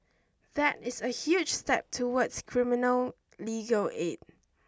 that is a huge step towards criminal legal aid